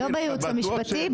לא בייעוץ המשפטי,